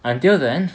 until then